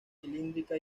cilíndrica